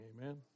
Amen